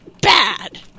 Bad